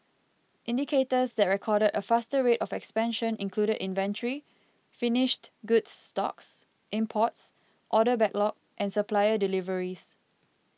indicators that recorded a faster rate of expansion included inventory finished goods stocks imports order backlog and supplier deliveries